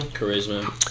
Charisma